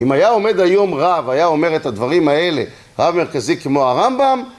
אם היה עומד היום רב, היה אומר את הדברים האלה, רב מרכזי כמו הרמב״ם